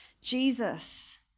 Jesus